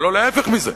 ולא להיפך מזה.